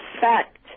fact